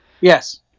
Yes